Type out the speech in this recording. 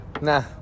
Nah